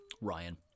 Ryan